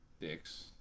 dicks